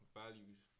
values